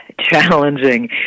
challenging